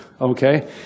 Okay